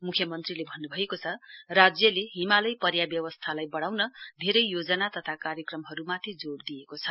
वहाँले भन्नुभएको छ राज्यले हिमालय पर्याव्यवस्थालाई वढ़ाउन धेरै योजना तथा कार्यक्रमहरुमाथि जोड़ दिएको छ